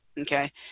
okay